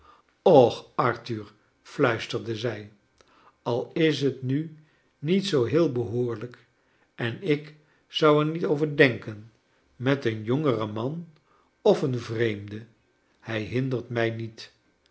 och arthur fluisterde zij al is het nu niet zoo heel behoorlijk en ik zou er niet over denken met een jongeren man of een vreemde hij hindert m ij niet